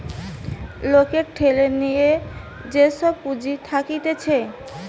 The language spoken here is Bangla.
লোকের ঠেলে লিয়ে যে সব পুঁজি থাকতিছে